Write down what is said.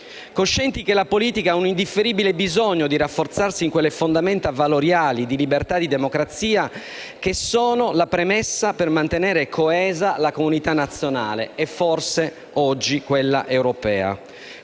coscienti che la politica ha un indifferibile bisogno di rafforzarsi in quelle fondamenta valoriali, di libertà e di democrazia, che sono la premessa per mantenere coesa la comunità nazionale e forse, oggi, quella europea.